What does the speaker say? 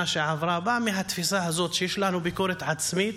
שעברה בא מהתפיסה הזאת שיש לנו ביקורת עצמית,